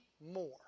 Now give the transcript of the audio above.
more